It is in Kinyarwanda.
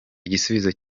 igisubizo